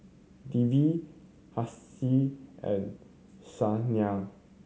Devi Haresh and Saina